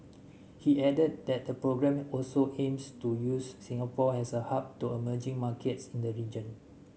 he added that the programme also aims to use Singapore as a hub to emerging markets in the region